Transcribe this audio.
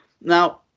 Now